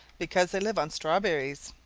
because they live on strawberries.